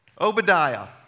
Obadiah